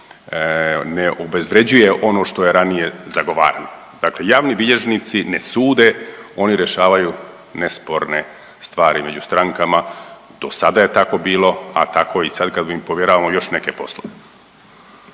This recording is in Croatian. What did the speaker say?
ne obezvrjeđuje ono što je ranije zagovarano. Dakle javni bilježnici ne sude, oni rješavaju nesporne stvari među strankama, do sada je tako bilo, a tako i sad kad im povjeravamo još neke poslove.